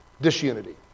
disunity